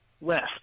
West